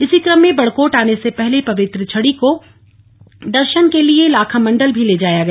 इसी क्रम में बड़कोट आने से पहले पवित्र छड़ी को दर्शन के लिए लाखामण्डल भी ले जाया गया